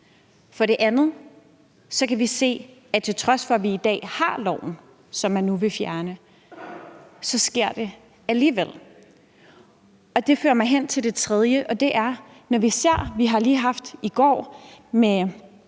For det andet kan vi se, at til trods for at vi i dag har loven, som man nu vil fjerne, sker det alligevel. Det fører mig hen til at tredje. Vi har lige i går hørt